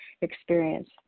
experience